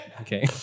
Okay